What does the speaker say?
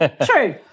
True